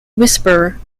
whisper